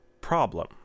problem